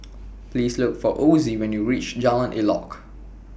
Please Look For Ozie when YOU REACH Jalan Elok